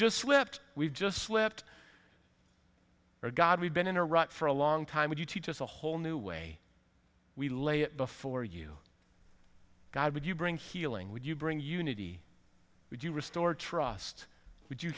just swept we've just slipped or god we've been in iraq for a long time and you teach us a whole new way we lay it before you god would you bring healing would you bring unity would you restore trust would you